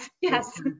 Yes